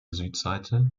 südseite